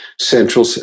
Central